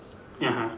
(uh huh)